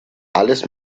alles